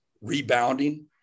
rebounding